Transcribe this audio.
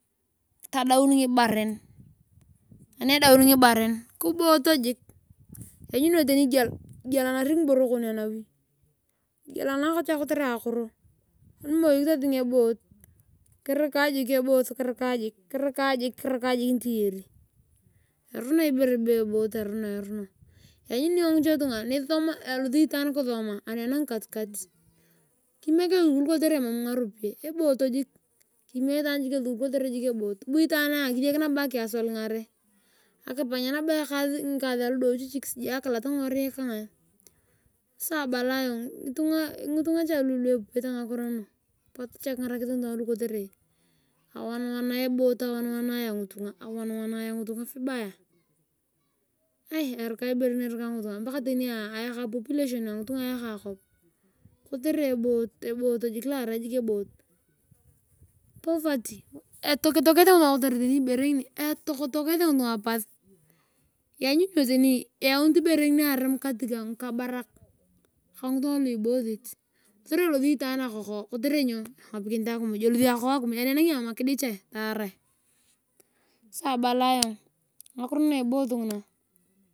Tadauni ngiboren ani edaun ngibaren kiboot jik. lanyuni tani igielanari ngiboro kon anauri togielana kotere akoro animoi kitoting eboot kinka jiik eboot niti eyari. erono ibore be boot erono. ranyuni lyong ngiche tunga elosi itaan kisoma anikokini kimek esukul kotere emangaropiyae eboot jiik. kimek itaan esukul kotere eboot bu itaan kisiek nabo akihustlengare bu itaan akipany nabo ngikasia indichichik sijui akilat ngionii. Sasa abala ayong ngitunga cha lu epupete ngakiro ngunu. Potu cha kingarakis ngitunga lu kotere awaniwania eboot awaniwania ngitunga vibaya. Esika ibere ngini erika ngitunga paka tania ayaka population angitunga kop kotere eboot jik luo arai eboot. poverty etokete ngitunga kotere tani ibere ngiri. etokitokete ngitunga pas. Eayacbhitibere ngiri aremo katikati ngikabarak ka ngitunga luibosti. Kofere elosi itaan akoko kotere nyo engopikinit akimiy. elosi akoko akimiy aneenangiama kidichae taarae sasa abala ayonga ngakiro ne eboot nguna.